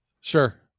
sure